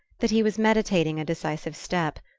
that he was meditating a decisive step,